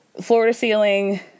floor-to-ceiling